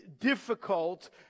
difficult